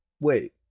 Wait